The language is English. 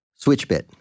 Switchbit